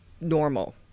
normal